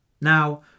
Now